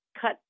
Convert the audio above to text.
cut